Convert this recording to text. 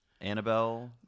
Annabelle